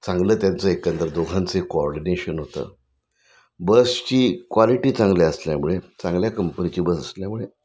चांगलं त्यांचं एकंदर दोघांचं कोऑर्डिनेशन होतं बसची क्वालिटी चांगली असल्यामुळे चांगल्या कंपनीची बस असल्यामुळे